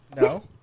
No